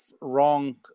wrong